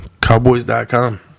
cowboys.com